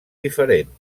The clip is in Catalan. diferent